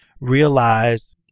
realize